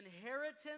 inheritance